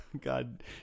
God